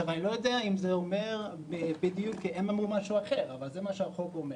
הם אמרו משהו אחר, אבל זה מה שהחוק אומר.